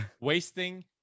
wasting